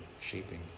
shaping